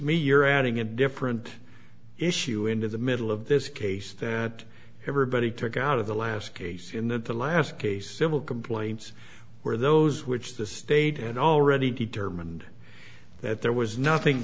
me you're adding a different issue into the middle of this case that everybody took out of the last case in the last case a civil complaint where those which the state had already determined that there was nothing